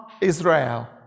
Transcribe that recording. Israel